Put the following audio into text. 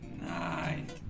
Nice